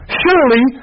surely